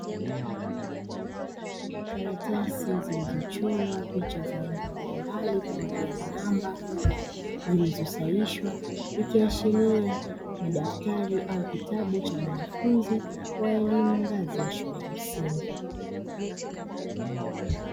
Karatasi zilizochorwa picha za aina mbalimbali pamoja na namba zilizosaishwa, ikiashiria ni daftari au kitabu cha mwanafunzi wa elimu ngazi ya shule ya msingi.